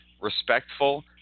respectful